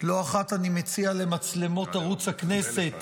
לא אחת אני מציע למצלמות ערוץ הכנסת